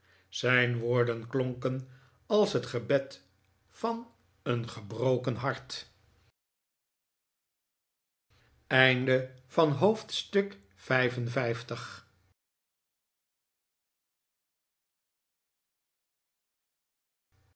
zijn woorden klonken als het gebed van een gebroken hart hoofdstuk